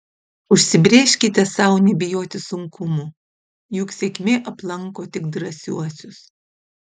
užsibrėžkite sau nebijoti sunkumų juk sėkmė aplanko tik drąsiuosius